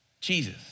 Jesus